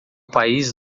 país